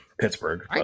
Pittsburgh